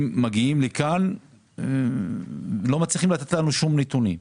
מגיעים לכאן ולא מצליחים לתת לנו נתונים.